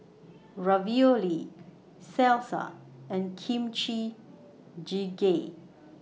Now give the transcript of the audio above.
Ravioli Salsa and Kimchi Jjigae